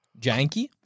Janky